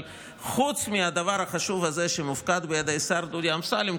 אבל חוץ מהדבר החשוב הזה שמופקד בידי השר דודי אמסלם,